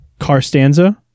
Carstanza